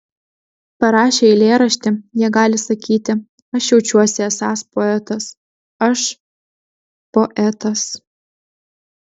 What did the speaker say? parašę eilėraštį jie gali sakyti aš jaučiuosi esąs poetas aš poetas